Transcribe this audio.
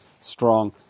strong